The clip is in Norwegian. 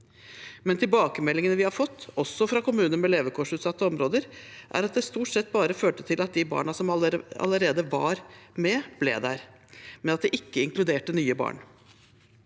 men tilbakemeldingene vi har fått, også fra kommuner med levekårsutsatte områder, er at det stort sett bare førte til at de barna som allerede var med, ble der, og at det ikke inkluderte nye barn.